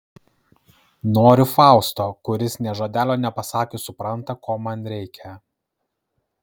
noriu fausto kuris nė žodelio nepasakius supranta ko man reikia